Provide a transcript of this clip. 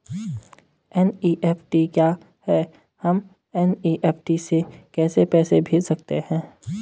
NEFT क्या है हम एन.ई.एफ.टी से कैसे पैसे भेज सकते हैं?